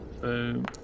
Boom